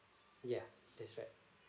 ya that's right